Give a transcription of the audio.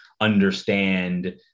understand